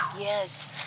Yes